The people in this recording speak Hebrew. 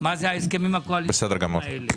מה הם ההסכמים הקואליציוניים האלה.